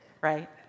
right